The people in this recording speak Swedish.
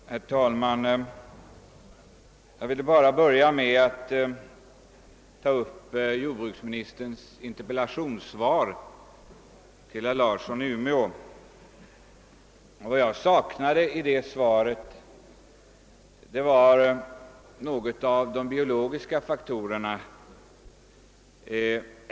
Herr talman! Jag vill börja med att ta upp jordbruksministerns interpellationssvar till herr Larsson i Umeå. Vad jag saknade i det svaret var ett uttalande om de biologiska faktorerna.